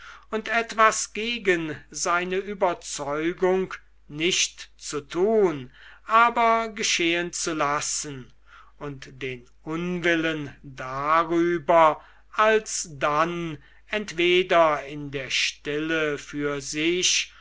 und etwas gegen seine überzeugung nicht zu tun aber geschehen zu lassen und den unwillen darüber alsdann entweder in der stille für sich